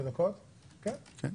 כן.